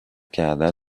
کردت